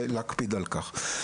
יש להקפיד על כך.